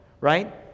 right